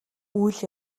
үйл